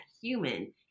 human